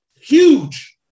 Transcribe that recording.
Huge